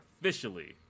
officially